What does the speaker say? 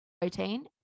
protein